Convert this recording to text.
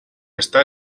estar